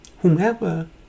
whomever